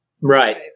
Right